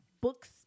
books